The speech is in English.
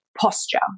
posture